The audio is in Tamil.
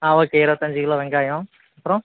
ஆ ஓகே இருபத்தஞ்சு கிலோ வெங்காயம் அப்புறம்